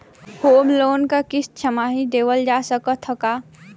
Home loan क किस्त छमाही देहल जा सकत ह का?